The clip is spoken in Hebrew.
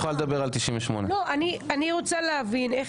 את יכולה לדבר על 98. אני רוצה להבין איך